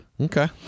Okay